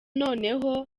noneho